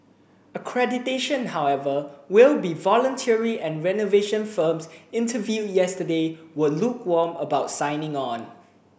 accreditation however will be voluntary and renovation firms interviewed yesterday were lukewarm about signing on